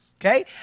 Okay